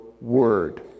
word